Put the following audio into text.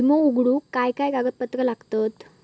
विमो उघडूक काय काय कागदपत्र लागतत?